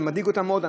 זה מדאיג אותם מאוד,